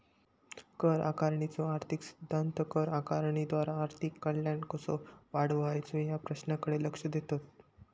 कर आकारणीचो आर्थिक सिद्धांत कर आकारणीद्वारा आर्थिक कल्याण कसो वाढवायचो या प्रश्नाकडे लक्ष देतत